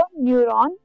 neuron